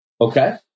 Okay